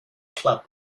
club